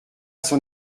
son